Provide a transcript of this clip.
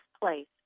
place